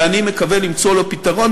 ואני מקווה למצוא לו פתרון.